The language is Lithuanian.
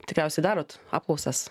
tikriausiai darot apklausas